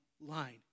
line